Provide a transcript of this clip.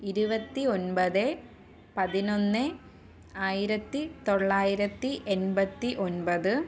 ഇരുപത്തിഒൻപത് പതിനൊന്ന് ആയിരത്തി തൊള്ളായിരത്തി എൺപത്തി ഒൻപത്